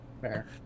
Fair